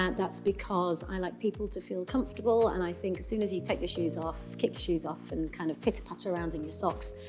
and that's because i like people to feel comfortable and i think, as soon as you take your shoes off, kick your shoes off, and kind of pitter-patter around in your socks,